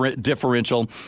differential